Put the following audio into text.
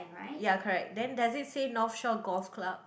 ya correct then does it say North Shore Golf Club